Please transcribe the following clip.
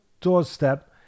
doorstep